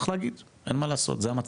צריך להגיד, אין מה לעשות, זה המצב.